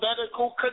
medical